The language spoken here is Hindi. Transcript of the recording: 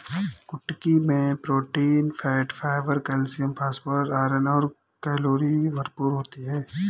कुटकी मैं protein, fat, fibre, calcium, phosphorus, iron और कैलोरी भरपूर होती है